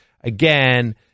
Again